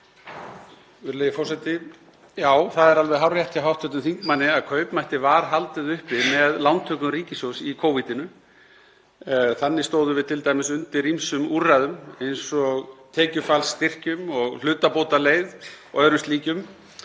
það er alveg hárrétt hjá hv. þingmanni að kaupmætti var haldið uppi með lántökum ríkissjóðs í Covid. Þannig stóðum við t.d. undir ýmsum úrræðum eins og tekjufallsstyrkjum og hlutabótaleið og öðru slíku.